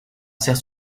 sert